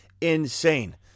Insane